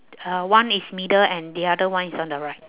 uh one is middle and the other one is on the right